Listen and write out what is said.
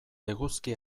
eguzki